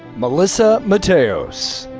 melissa mateos.